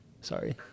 Sorry